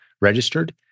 registered